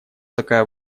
такая